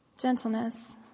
gentleness